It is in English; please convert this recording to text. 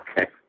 Okay